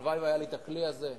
הלוואי שהיה לי הכלי הזה.